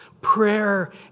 Prayer